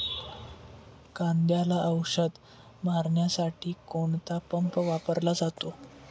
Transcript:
कांद्याला औषध मारण्यासाठी कोणता पंप वापरला जातो?